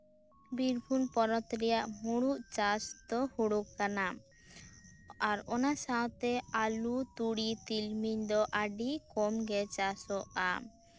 ᱵᱤᱨᱵᱷᱩᱢ ᱯᱚᱱᱚᱛ ᱨᱮᱭᱟᱜ ᱢᱩᱬᱩᱫ ᱪᱟᱥ ᱫᱚ ᱦᱩᱲᱩ ᱠᱟᱱᱟ ᱟᱨ ᱚᱱᱟ ᱥᱟᱶᱛᱮ ᱟᱞᱩ ᱛᱩᱲᱤ ᱛᱤᱞᱢᱤᱧ ᱫᱚ ᱟᱹᱰᱤ ᱠᱚᱢ ᱜᱮ ᱪᱟᱥᱚᱜᱼᱟ